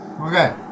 Okay